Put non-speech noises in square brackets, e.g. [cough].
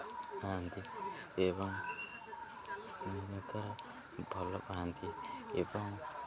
ଖାଆନ୍ତି ଏବଂ [unintelligible] ଭଲ ପାଆନ୍ତି ଏବଂ